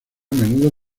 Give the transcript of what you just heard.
menudo